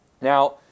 Now